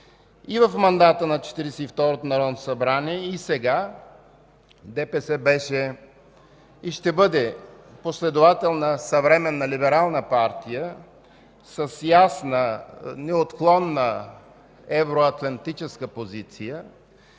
и второто народно събрание, и сега ДПС беше и ще бъде последовател на съвременна либерална партия с ясна, неотклонна евроатлантическа позиция,